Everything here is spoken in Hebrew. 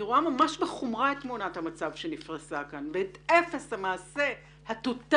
אני רואה ממש בחומרה את תמונת המצב שנפרסה כאן ואת אפס המעשה הטוטאלי